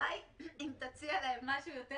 שאולי אם תציע להם משהו יותר